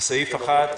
לסעיף 1,